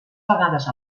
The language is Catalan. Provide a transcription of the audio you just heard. vegades